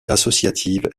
associative